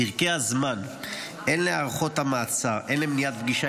פרקי הזמן הן להארכות המעצר הן למניעת פגישה